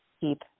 keep